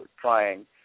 trying